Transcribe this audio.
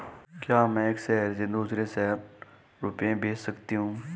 क्या मैं एक शहर से दूसरे शहर रुपये भेज सकती हूँ?